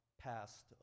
passed